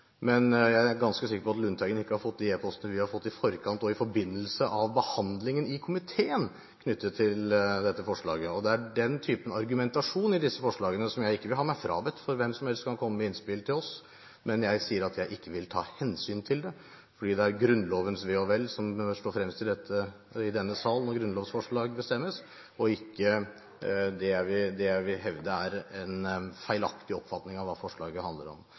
Men jeg er ganske sikker på at Lundteigen ikke har fått de e-postene vi har fått i forkant av og i forbindelse med behandlingen i komiteen knyttet til dette forslaget. Det er den typen argumentasjon i disse forslagene – som jeg ikke vil ha meg frabedt, for hvem som helst kan komme med innspill til oss – jeg ikke vil ta hensyn til, fordi det er Grunnlovens ve og vel som står fremst i denne sal når grunnlovsforslag vedtas, og ikke det jeg vil hevde er en feilaktig oppfatning av hva forslaget handler om.